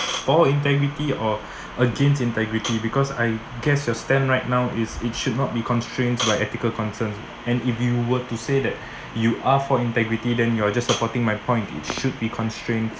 for integrity or against integrity because I guess your stand right now is it should not be constrained like ethical concerns and if you were to say that you are for integrity then you are just supporting my point it should be constrains